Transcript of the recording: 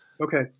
Okay